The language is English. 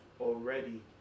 already